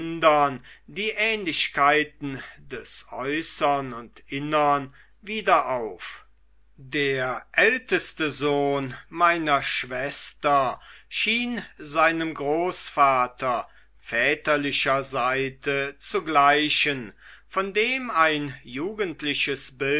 die ähnlichkeiten des äußern und innern wieder auf der älteste sohn meiner schwester schien seinem großvater väterlicher seite zu gleichen von dem ein jugendliches